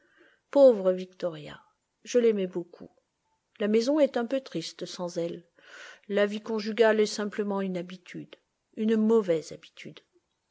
pauvre victoria je l'aimais beaucoup la maison est un peu triste sans elle la vie conjugale est simplement une habitude une mauvaise habitude